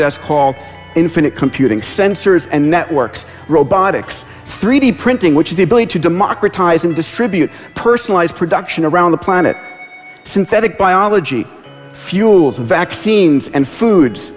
autodesk call infinite computing sensors and networks robotics three d printing which is the ability to democratize and distribute personalized production around the planet synthetic biology fuels vaccines and foods